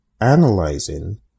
analyzing